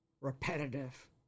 repetitive